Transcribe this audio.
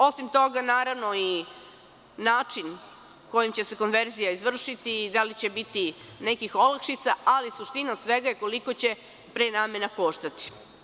Osim toga, naravno i način kojim će se konverzija izvršiti i da li će biti nekih olakšica, ali suština svega je koliko će prenamena koštati?